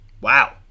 Wow